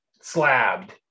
slabbed